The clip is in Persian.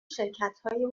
شرکتهایی